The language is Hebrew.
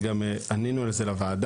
וגם ענינו על זה לוועדה,